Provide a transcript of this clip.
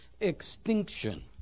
extinction